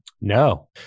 No